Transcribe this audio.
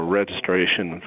registration